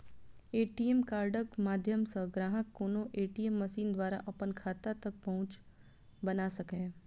ATM कार्डक माध्यम सं ग्राहक कोनो ए.टी.एम मशीन द्वारा अपन खाता तक पहुंच बना सकैए